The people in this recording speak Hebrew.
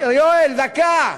יואל, דקה.